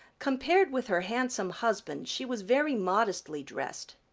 compared with her handsome husband she was very modestly dressed.